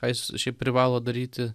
ką jis šiai privalo daryti